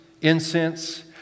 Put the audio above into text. incense